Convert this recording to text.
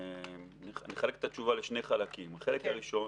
אני אחלק את התשובה לשני חלקים: החלק הראשון